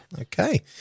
okay